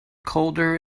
colder